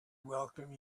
welcome